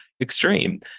extreme